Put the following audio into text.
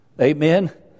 Amen